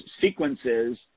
sequences